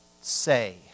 say